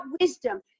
wisdom